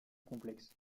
complexe